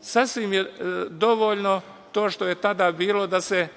Sasvim je dovoljno to što je tada bilo, da se